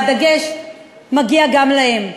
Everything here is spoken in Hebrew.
והדגש מגיע גם להם,